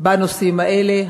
בנושאים האלה.